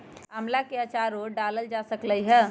आम्ला के आचारो डालल जा सकलई ह